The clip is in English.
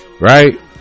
Right